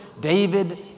David